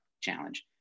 challenge